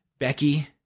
Becky